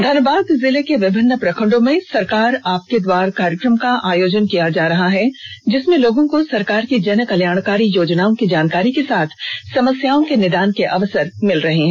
धनबाद जिले के विभिन्न प्रखण्डों में सरकार आपके द्वार कार्यक्रम का आयोजन किया जा रहा है जिसमें लोगों को सरकार की जन कल्याणकारी योजनाओं की जानकारी के साथ समस्याओं के निदान के अवसर मिल रहे हैं